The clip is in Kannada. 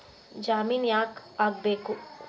ಜಾಮಿನ್ ಯಾಕ್ ಆಗ್ಬೇಕು?